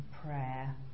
Prayer